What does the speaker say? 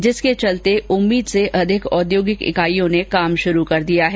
जिसके चलते उम्मीद से अधिक औद्योगिक इकाइयों ने काम शुरू कर दिया है